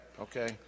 Okay